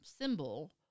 symbol